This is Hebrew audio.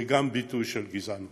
זה גם ביטוי של גזענות.